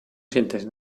sientes